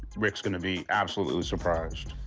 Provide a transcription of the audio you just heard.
rick's going to be absolutely surprised.